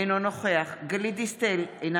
אינו נוכח גלית דיסטל אטבריאן,